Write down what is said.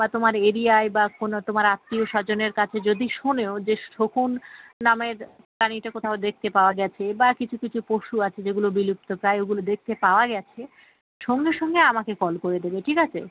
বা তোমার এরিয়ায় বা কোনো তোমার আত্মীয় স্বজনের কাছে যদি শোনোও যে শকুন নামের প্রাণীটা কোথাও দেখতে পাওয়া গেছে বা কিছু কিছু পশু আছে যেগুলো বিলুপ্ত প্রায় ওগুলো দেখতে পাওয়া গেছে সঙ্গে সঙ্গে আমাকে কল করে দেবে ঠিক আছে